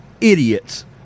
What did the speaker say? Idiots